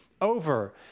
over